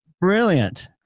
brilliant